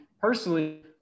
personally